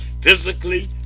physically